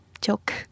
Joke